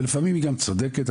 ולפעמים היא גם צודקת,